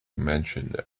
mentioned